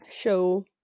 show